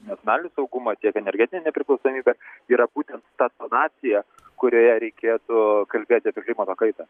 nacionalinį saugumą tiek energetinę nepriklausomybę yra būtent ta tonacija kurioje reikėtų kalbėti apie klimato kaitą